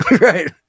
right